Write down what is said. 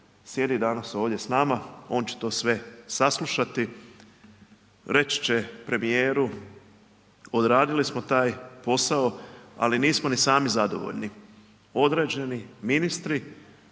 sjedi danas ovdje s nama. On će to sve saslušati, reći će premijeru, odradili smo taj posao, ali nismo ni sami zadovoljni. Određeni ministri,